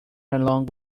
along